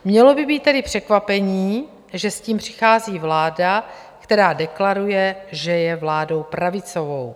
Mělo by být tedy překvapením, že s tím přichází vláda, která deklaruje, že je vládou pravicovou.